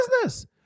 business